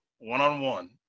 one-on-one